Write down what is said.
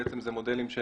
אלה מודלים של